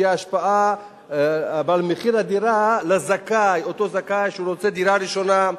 שתהיה השפעה על מחיר הדירה לאותו זכאי שרוצה דירה ראשונה,